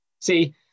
see